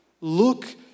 look